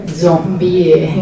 zombie